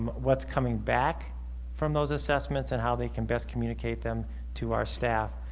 what's coming back from those assessments and how they can best communicate them to our staff